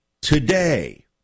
today